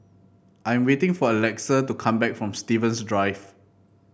I am waiting for Alexa to come back from Stevens Drive